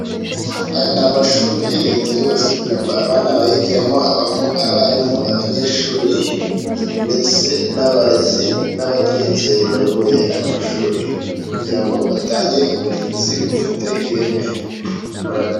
Aya n'amashuri ya leta yubatse kugira ngo abana bayigiremo, habamo abarimu, abanyeshuri ndetse n'abarezi, n'abaderigiteri bayoboye ayo mashuri kugira ngo batange uburezi bufite ireme.